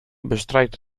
bestrijkt